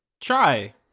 Try